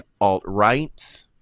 alt-right